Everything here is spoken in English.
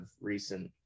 recent